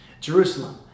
Jerusalem